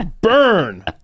Burn